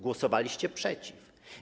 Głosowaliście przeciw.